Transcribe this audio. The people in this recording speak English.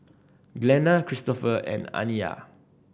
Glenna Kristofer and Aniyah